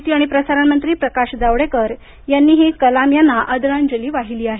माहिती आणि प्रसारण मंत्री प्रकाश जावडेकर यांनीही कलाम यांना आदरांजली वाहिली आहे